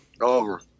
Over